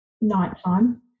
Nighttime